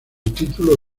título